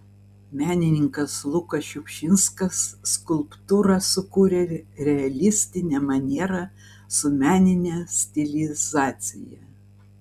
menininkas lukas šiupšinskas skulptūrą sukūrė realistine maniera su menine stilizacija